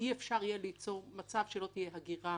אי אפשר יהיה ליצור מצב שלא תהיה הגירה